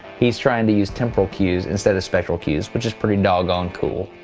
he's trying to use temporal cues instead of spectral cues which is pretty doggone cool.